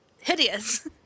Hideous